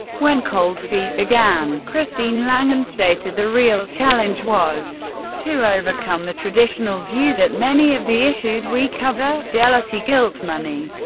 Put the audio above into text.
when cold feet began, christine langan stated, the real challenge was to overcome the traditional view that many of the issues we cover jealousy, guilt, money,